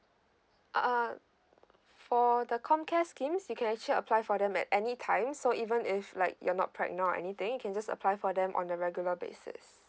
uh uh for the comcare scheme you can actually apply for them at any time so even if like you're not pregnant or anything you can just apply for them on a regular basis